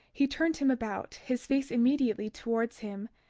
he turned him about, his face immediately towards him,